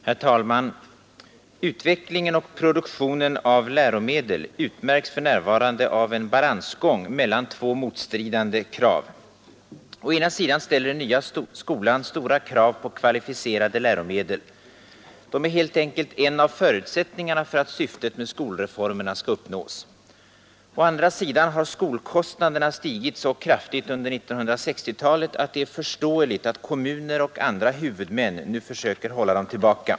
Herr talman! Utvecklingen och produktionen av läromedel utmärks för närvarande av en balansgång mellan två motstridande krav. Å ena sidan ställer den nya skolan stora krav på kvalificerade läromedel. Det är helt enkelt en av förutsättningarna för att syftet med skolreformerna skall uppnås. Å andra sidan har skolkostnaderna stigit så kraftigt under 1960-talet att det är förståeligt att kommuner och andra huvudmän nu försöker hålla dem tillbaka.